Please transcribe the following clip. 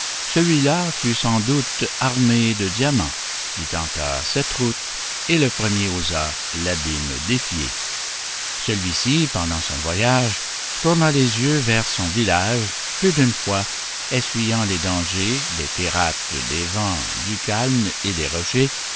celui-là fut sans doute armé de diamant qui tenta cette route et le premier osa l'abîme défier celui-ci pendant son voyage tourna les yeux vers son village plus d'une fois essuyant les dangers des pirates des vents du calme et des rochers